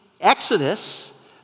Exodus